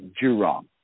Jurong